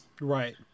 Right